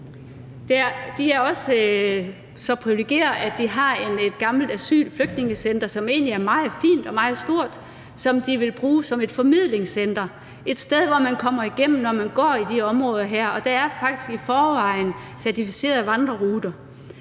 De er også så privilegerede, at de har et gammelt flygtningecenter, som egentlig er meget fint og meget stort, og som de vil bruge som et formidlingscenter, et sted, som man kommer igennem, når man går i de her områder, og der er faktisk i forvejen certificerede vandreruter.